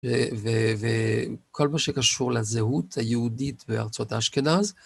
וכל מה שקשור לזהות היהודית בארצות האשכנז,